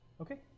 Okay